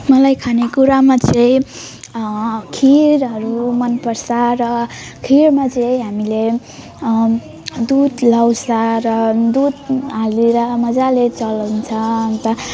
मलाई खाने कुरामा चाहिँ खिरहरू मन पर्छ र खिरमा चाहिँ हामीले दुध लगाउँछ र दुध हालेर मजाले चलाउँछ अन्त